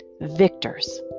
Victors